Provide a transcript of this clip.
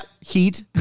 Heat